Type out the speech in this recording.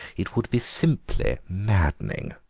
it would be simply maddening.